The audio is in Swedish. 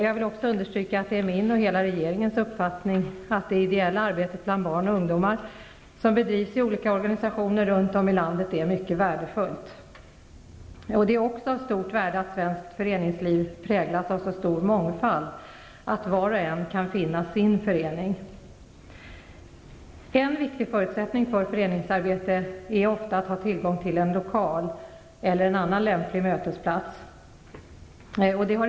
Jag vill vidare understryka att det är min och hela regeringens uppfattning att det ideella arbete bland barn och ungdom som bedrivs i olika organisationer runt om i landet är mycket värdefullt. Det är också av stort värde att svenskt föreningsliv präglas av så stor mångfald att var och en kan finna sin förening. En viktig förutsättning för föreningsarbete är ofta att ha tillgång till en lokal eller annan lämplig mötesplats.